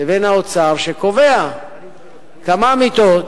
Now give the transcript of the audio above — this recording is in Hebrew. לבין האוצר, שקובע כמה מיטות,